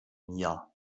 mir